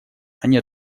они